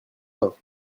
mains